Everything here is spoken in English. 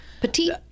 petite